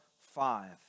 five